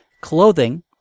clothing